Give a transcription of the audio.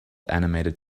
animated